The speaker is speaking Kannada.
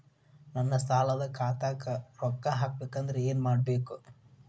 ನನ್ನ ಸಾಲದ ಖಾತಾಕ್ ರೊಕ್ಕ ಹಾಕ್ಬೇಕಂದ್ರೆ ಏನ್ ಮಾಡಬೇಕು?